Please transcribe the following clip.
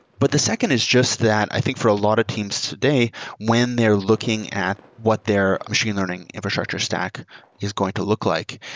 but the second is just that i think for a lot of teams today when they're looking at what their machine learning infrastructure stack is going to look like,